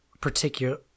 particular